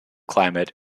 climate